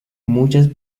muchas